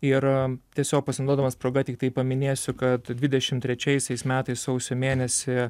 ir tiesiog pasinaudodamas proga tiktai paminėsiu kad dvidešimt trečiaisiais metais sausio mėnesį